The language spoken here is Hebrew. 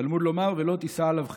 תלמוד לומר, "ולא תשא עליו חטא".